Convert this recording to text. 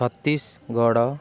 Chhattisgarh